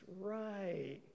right